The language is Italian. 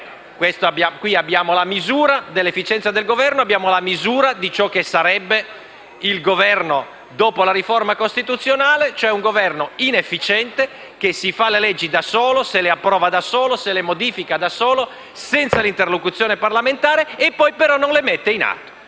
Qui abbiamo la misura dell'efficienza del Governo e di ciò che sarebbe il Governo dopo la riforma costituzionale: un Governo inefficiente, che si fa le leggi da solo, se le approva da solo, se le modifica da solo, senza l'interlocuzione parlamentare, e poi però non le mette in atto.